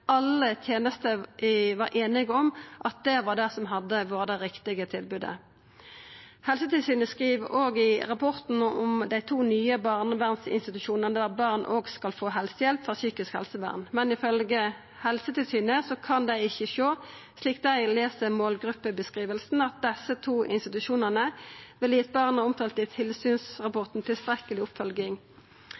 alle tjenestene var enige om at det var det som var det riktige tilbudet.» Helsetilsynet skriv også i rapporten om dei to nye barnevernsinstitusjonane der barn også skal få helsehjelp frå psykisk helsevern. Men ifølgje Helsetilsynet kan dei ikkje sjå, slik dei les målgruppebeskrivinga, at desse to institusjonane ville gitt barna omtalt i tilsynsrapporten tilstrekkeleg oppfølging.